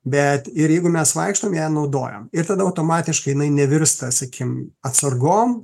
bet ir jeigu mes vaikštom ją naudojam ir tada automatiškai jinai nevirsta sakykim atsargom